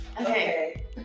Okay